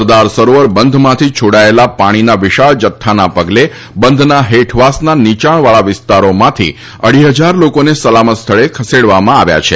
સરદાર સરોવર બંધમાંથી છોડાયેલા પાણીના વિશાળ જથ્થાના પગલે બંધના હેઠવાસના નિચાણવાળા વિસ્તારોમાંથી અઢી હજાર લોકોને સલામત સ્થળે ખસેડવામાં આવ્યા છે